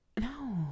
No